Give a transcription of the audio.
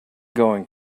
going